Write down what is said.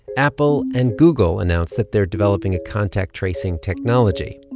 apple and google announced that they're developing a contact-tracing technology.